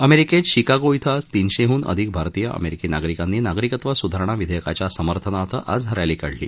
अमेरिकेत शिकागो डिं आज तीनशेहून अधिक भारतीय अमेरिकी नागरिकांनी नागरिकत्व सुधारणा विधेयकाच्या समर्थनार्थ आज रॅली काढली